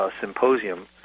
symposium